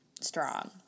strong